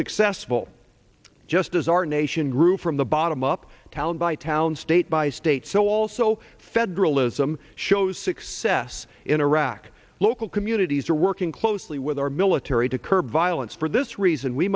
successful just as our nation grew from the bottom up town by town state by state so also federalism shows success in iraq local communities are working closely with our military to curb violence for this reason we